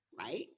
Right